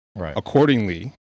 accordingly